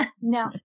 No